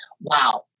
wow